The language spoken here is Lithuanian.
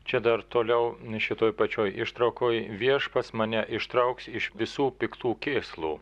čia dar toliau šitoj pačioj ištraukoj viešpats mane ištrauks iš visų piktų kėslų